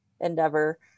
endeavor